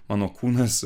mano kūnas